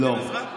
מקבלים עזרה?